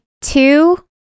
two